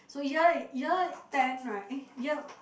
so year year ten right eh year